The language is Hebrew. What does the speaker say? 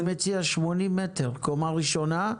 אני מציע 80 מ"ר קומה ראשונה,